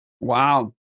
Wow